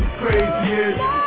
craziest